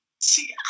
See